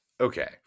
Okay